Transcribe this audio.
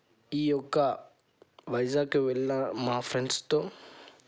ఈ యొక్క వైజాగ్కి వెళ్ళా మా ఫ్రెండ్స్తో